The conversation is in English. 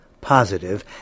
positive